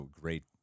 great